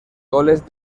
goles